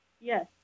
Yes